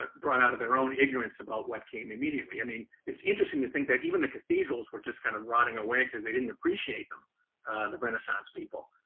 brought out of their own ignorance about what came immediately. i mean, it's interesting to think that even the cathedrals were just kind of rotting away, cause they didn't appreciate um the renaissance people.